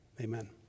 Amen